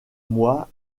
moi